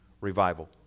revival